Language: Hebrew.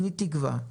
תני תקווה.